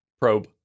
probe